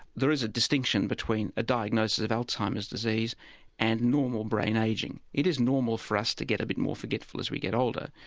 there is a distinction between a diagnosis of alzheimer's disease and normal brain ageing. it is normal for us to get a bit more forgetful as we get older,